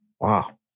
wow